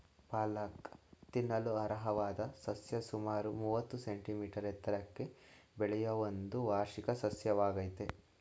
ಪಾಲಕ್ ತಿನ್ನಲರ್ಹವಾದ ಸಸ್ಯ ಸುಮಾರು ಮೂವತ್ತು ಸೆಂಟಿಮೀಟರ್ ಎತ್ತರಕ್ಕೆ ಬೆಳೆಯುವ ಒಂದು ವಾರ್ಷಿಕ ಸಸ್ಯವಾಗಯ್ತೆ